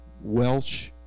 Welsh